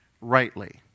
rightly